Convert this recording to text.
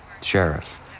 Sheriff